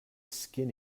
skin